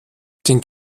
den